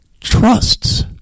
trusts